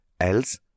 else